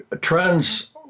trends